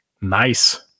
nice